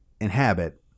inhabit